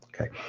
Okay